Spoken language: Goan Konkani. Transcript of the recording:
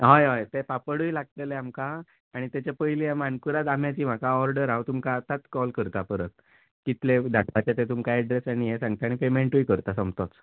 हयय ते पापडूय लागतले आमकां आनी ताचे पयली ती मानकुराद आंब्याची म्हाका ओर्डर हांव तुमकां आतांच कॉल करतां परत कितले धाडपाचे ते तुमकां एड्रेसुय आनी ये सांगता पेमेटूय करता सोमतोच